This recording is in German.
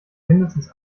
mindestens